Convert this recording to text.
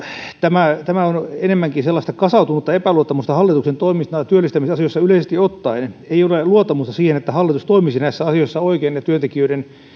tämä tämä on enemmänkin sellaista kasautunutta epäluottamusta hallituksen toimista työllistämisasioissa yleisesti ottaen ei ole luottamusta siihen että hallitus toimisi näissä asioissa oikein ja työntekijöiden